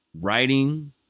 writing